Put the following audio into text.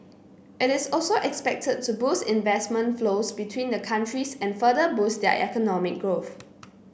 it is also expected to boost investment flows between the countries and further boost their economic growth